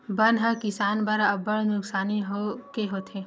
बन ह किसान बर अब्बड़ नुकसानी के होथे